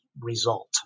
result